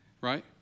Right